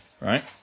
Right